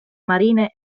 marine